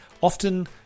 often